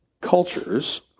cultures